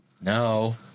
No